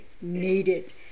needed